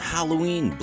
Halloween